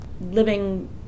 living